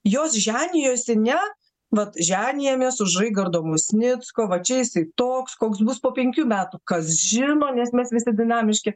jos ženijosi ne vat ženijamės už raigardo musnicko va čia jisai toks koks bus po penkių metų kas žino nes mes visi dinamiški